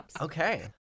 Okay